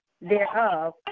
thereof